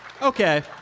Okay